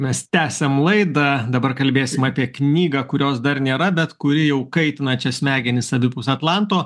mes tęsiam laidą dabar kalbėsim apie knygą kurios dar nėra bet kuri jau kaitina čia smegenis abipus atlanto